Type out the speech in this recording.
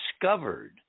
discovered